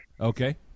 Okay